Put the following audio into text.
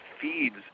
feeds